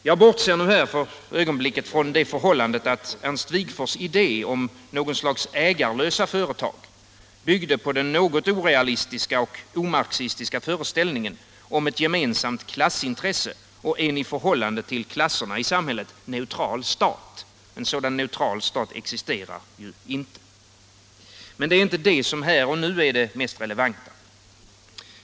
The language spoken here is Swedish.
Jag bortser här från det förhållandet att Wigforss idé om något slags ägarlösa företag byggde på den något orealistiska och omarxistiska föreställningen om ett gemensamt klassintresse och en i förhållande till klasserna i samhället neutral stat. En sådan neutral stat existerar ju inte. Det är inte det som här och nu är det mest relevanta.